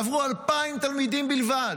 עברו 2,000 תלמידים בלבד.